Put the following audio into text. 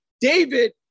David